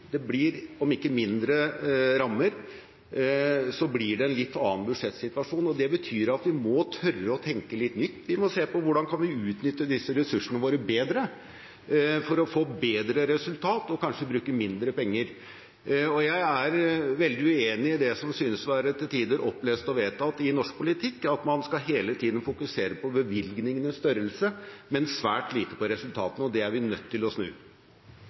ikke blir mindre rammer, så blir det en litt annen budsjettsituasjon, og det betyr at vi må tørre å tenke litt nytt. Vi må se på hvordan vi kan utnytte disse ressursene våre bedre for å få bedre resultat, og kanskje bruke mindre penger. Jeg er veldig uenig i det som til tider synes å være opplest og vedtatt i norsk politikk, at man hele tiden skal fokusere på bevilgningenes størrelse, men svært lite på resultatene, og det er vi nødt til å snu.